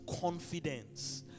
Confidence